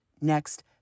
next